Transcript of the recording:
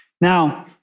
Now